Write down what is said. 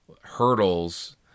hurdles